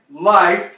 life